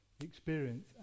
experience